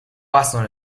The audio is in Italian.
bastano